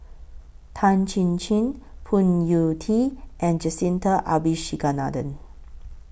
Tan Chin Chin Phoon Yew Tien and Jacintha Abisheganaden